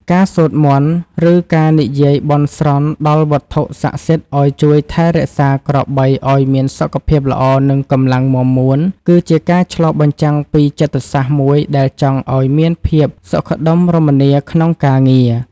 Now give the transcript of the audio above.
ការសូត្រមន្ត ឬការនិយាយបន់ស្រន់ដល់វត្ថុស័ក្តិសិទ្ធិឱ្យជួយថែរក្សាក្របីឱ្យមានសុខភាពល្អ និងកម្លាំងមាំមួន គឺជាការឆ្លុះបញ្ចាំងពីចិត្តសាស្ត្រមួយដែលចង់ឱ្យមានភាពសុខដុមរមនាក្នុងការងារ។